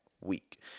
week